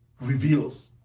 reveals